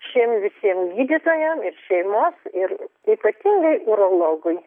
šiem visiem gydytojam ir šeimos ir ypatingai urologui